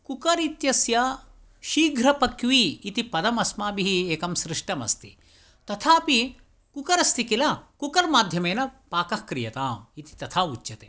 cooker इत्यस्य शीघ्रपक्वी इति पदम् अस्माभिः एकं सृष्टमस्ति तथापि कुकर् अस्ति किल कुकर् माध्यमेन पाकः क्रियताम् इति तथा उच्यते